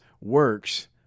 works